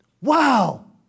Wow